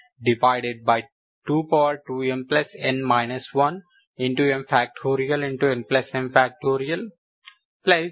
Am1 1m2mnx2m2n22mn 1m